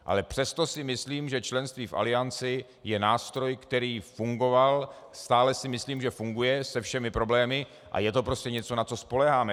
Ale přesto si myslím, že členství v Alianci je nástroj, který fungoval, stále si myslím, že funguje se všemi problémy, a je to prostě něco, na co spoléháme.